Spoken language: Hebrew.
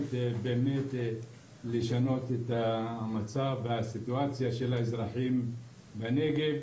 הנכונות לשנות את המצב של האזרחים בנגב.